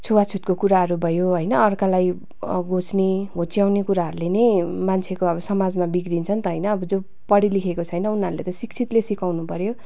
छुवाछुतको कुराहरू भयो होइन अर्कालाई घोच्ने घोच्याउने कुराहरूले नै मान्छेको अब समाजमा बिग्रिन्छ नि त होइन अब जो पढेलिखेको छैन उनीहरूले त शिक्षितले सिकाउनुपर्यो